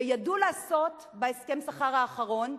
ידעו לעשות בהסכם השכר האחרון,